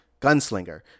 gunslinger